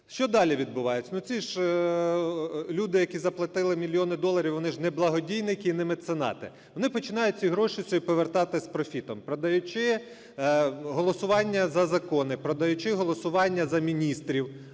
Що далі відбувається? Ну, ці ж люди, які заплатили мільйони доларів, вони ж не благодійники і не меценати, вони починають ці гроші собі повертати з профітом, продаючи голосування за закони, продаючи голосування за міністрів.